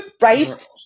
Right